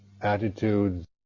attitudes